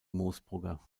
moosbrugger